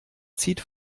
zieht